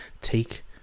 take